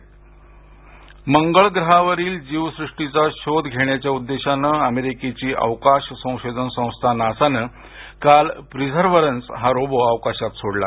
NASA मंगळ मोहीम मंगळ ग्रहावरील जीवसृष्टीचा शोध घेण्याच्या उद्देशानं अमेरिकेची अवकाश संशोधन संस्था नासानं काल प्रीझर्व्हन्स हा रोबो अवकाशात सोडला